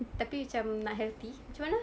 tapi macam nak healthy macam mana